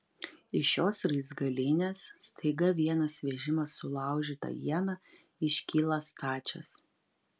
iš šios raizgalynės staiga vienas vežimas sulaužyta iena iškyla stačias